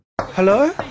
Hello